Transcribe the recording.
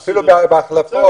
אפילו בהחלפות.